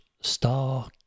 Star